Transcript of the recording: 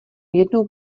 jednou